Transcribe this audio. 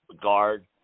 guard